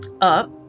up